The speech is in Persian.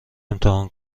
امتحان